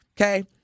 okay